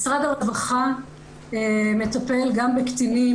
משרד הרווחה מטפל גם בקטינים,